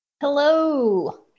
Hello